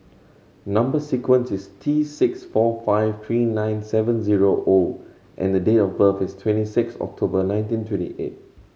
number sequence is T six four five three nine seven zero O and the date of birth is twenty six October nineteen twenty eight